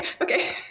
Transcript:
okay